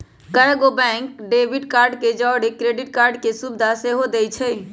कएगो bank debit card के जौरही क्रेडिट कार्ड के सुभिधा सेहो देइ छै